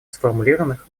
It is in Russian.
сформулированных